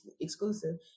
exclusive